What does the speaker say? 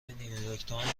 نیویورکتایمز